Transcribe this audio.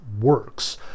works